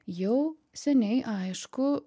jau seniai aišku